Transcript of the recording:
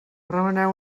remeneu